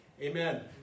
Amen